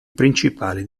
principali